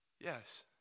Yes